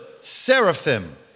seraphim